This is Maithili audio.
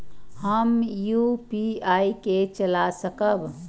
हम यू.पी.आई के चला सकब?